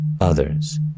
others